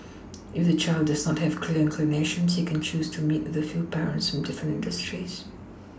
if the child does not have clear inclinations he can choose to meet with a few parents from different industries